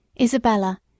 Isabella